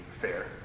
fair